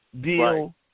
deal